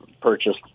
purchased